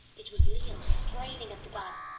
it was leo straining at the gun,